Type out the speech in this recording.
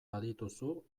badituzu